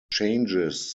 changes